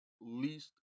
least